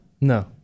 No